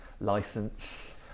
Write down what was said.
license